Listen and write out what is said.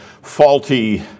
faulty